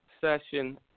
session